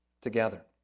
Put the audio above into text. together